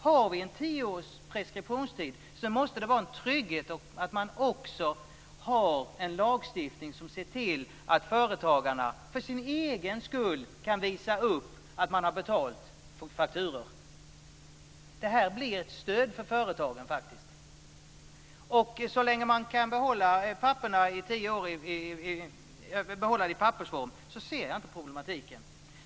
Har vi en tioårig preskriptionstid måste det vara en trygghet att man också har en lagstiftning som ser till att företagarna, för sin egen skull, kan visa upp att man har betalt fakturor. Det blir faktiskt ett stöd för företagen. Så länge man kan behålla det i pappersform ser jag inte problematiken.